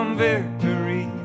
victory